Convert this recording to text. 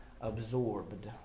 absorbed